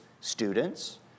students